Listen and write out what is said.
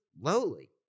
lowly